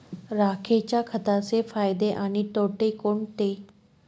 राखेच्या खताचे फायदे आणि तोटे कोणते?